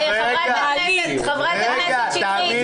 מעלית --- חברת הכנסת שטרית,